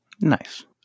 Nice